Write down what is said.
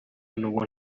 n’uwo